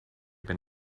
been